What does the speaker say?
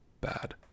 bad